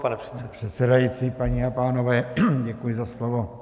Pane předsedající, paní a pánové, děkuji za slovo.